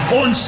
on